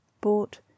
bought